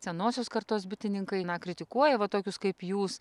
senosios kartos bitininkai na kritikuoja va tokius kaip jūs